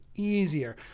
easier